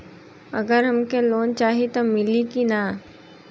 अगर हमके लोन चाही त मिली की ना?